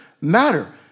matter